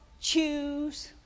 Choose